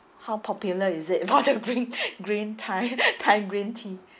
how popular is it about the green green thai thai green tea